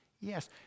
Yes